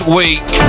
week